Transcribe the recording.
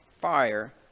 fire